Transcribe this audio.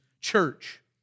church